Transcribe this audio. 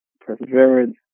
perseverance